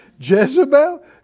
Jezebel